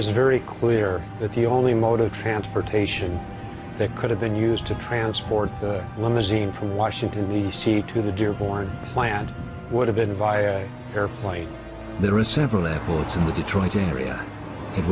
is very clear that the only mode of transportation that could have been used to transport the limousine from washington d c to the dearborn plant would have been via airplane there are several airports in the detroit area it